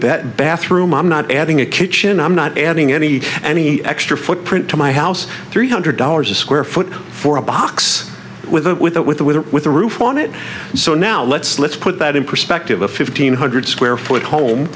bit bathroom i'm not adding a kitchen i'm not adding any any extra footprint to my house three hundred dollars a square foot for a box with a with a with a with a with a roof on it so now let's let's put that in perspective a fifteen hundred square foot home